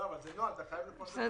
זה נוהל, אתה חייב לפעול לפי הנוהל.